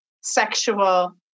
sexual